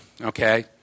okay